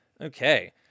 Okay